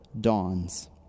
dawns